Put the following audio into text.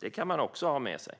Detta kan man ha med sig.